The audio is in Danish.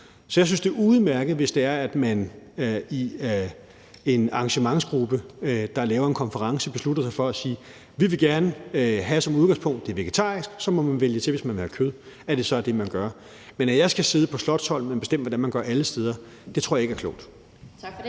Så jeg synes, det er udmærket, hvis det er, at man i en arrangementsgruppe, der laver en konference, beslutter sig for at sige: Vi vil gerne have, at det som udgangspunkt er vegetarisk, og så må man vælge det til, hvis man vil have kød. Men at jeg skal sidde på Slotsholmen og bestemme, hvordan man gør alle steder, tror jeg ikke er klogt. Kl.